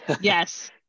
Yes